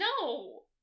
No